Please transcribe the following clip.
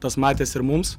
tas matėsi ir mums